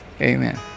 Amen